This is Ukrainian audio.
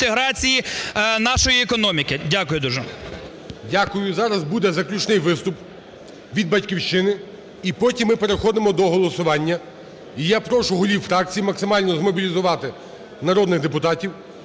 Дякую. Зараз буде заключний виступ від "Батьківщини". І потім ми переходимо до голосування. І я прошу голів фракцій максимально змобілізувати народних депутатів.